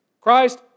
Christ